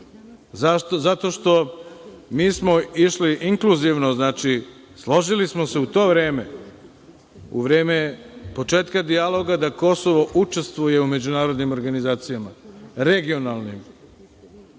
Zato što, mi smo išli inkluzivno, znači složili smo se u to vreme, u vreme početka dijaloga da Kosovo učestvuje u međunarodnim organizacijama, regionalnim, po definiciji,